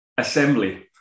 assembly